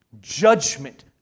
Judgment